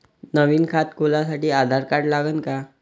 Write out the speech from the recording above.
नवीन खात खोलासाठी आधार कार्ड लागन का?